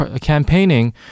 campaigning